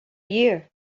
year